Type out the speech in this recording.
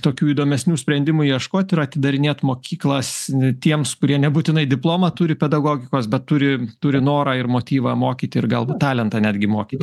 tokių įdomesnių sprendimų ieškot ir atidarinėt mokyklas tiems kurie nebūtinai diplomą turi pedagogikos bet turi turi norą ir motyvą mokyti ir galbūt talentą netgi mokyti